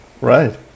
right